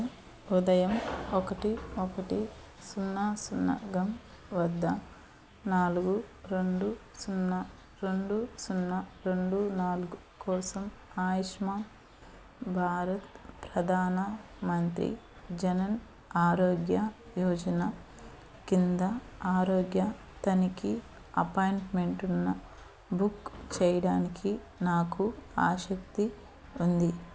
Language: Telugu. హలో ఉదయం ఒకటి ఒకటి సున్నా సున్నా గం వద్ద నాలుగు రెండు సున్నా రెండు సున్నా రెండు నాలుగు కోసం ఆయుష్మా భారత్ ప్రధాన మంత్రి జనన్ ఆరోగ్య యోజన కింద ఆరోగ్య తనిఖీ అపాయింట్మెంట్ ఉన్న బుక్ చేయడానికి నాకు ఆసక్తి ఉంది